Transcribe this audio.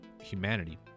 humanity